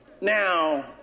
now